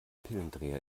pillendreher